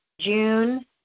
June